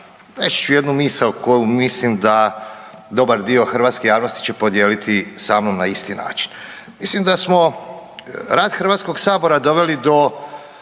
reći ću jednu misao koju mislim da dobar dio hrvatske javnosti će podijeliti sa mnom na isti način. Mislim da smo rad Hrvatskog sabora doveli do